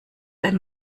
ein